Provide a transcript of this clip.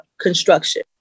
construction